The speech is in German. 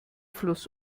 fluss